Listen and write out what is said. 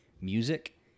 music